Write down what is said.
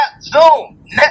Zoom